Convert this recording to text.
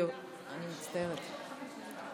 דקה אחת.